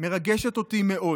מרגשת אותי מאוד.